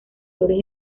flores